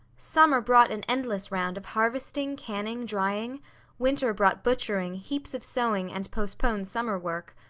summer brought an endless round of harvesting, canning, drying winter brought butchering, heaps of sewing, and postponed summer work.